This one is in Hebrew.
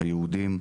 היהודים,